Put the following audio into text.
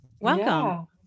Welcome